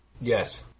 Yes